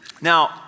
Now